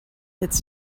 its